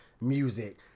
music